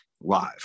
live